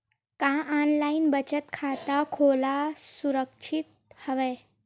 का ऑनलाइन बचत खाता खोला सुरक्षित हवय?